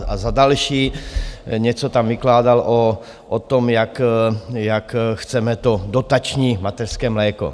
A za další něco tam vykládal o tom, jak chceme to dotační mateřské mléko.